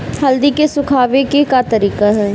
हल्दी के सुखावे के का तरीका ह?